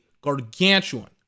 gargantuan